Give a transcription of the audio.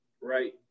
right